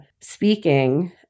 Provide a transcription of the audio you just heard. speaking